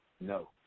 No